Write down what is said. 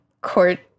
court